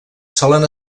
solen